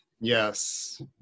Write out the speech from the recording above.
Yes